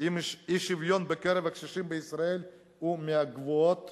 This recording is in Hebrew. אי-השוויון בקרב הקשישים בישראל הוא מהגבוהים